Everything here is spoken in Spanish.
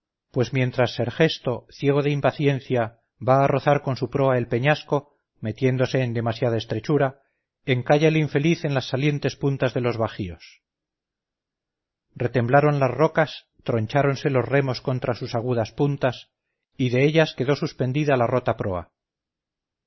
pues mientras sergesto ciego de impaciencia va a rozar con su proa el peñasco metiéndose en demasiada estrechura encalla el infeliz en las salientes puntas de los bajíos retemblaron las rocas troncháronse los remos contra sus agudas puntas y de ellas quedó suspendida la rota proa